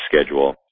schedule